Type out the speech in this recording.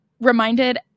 reminded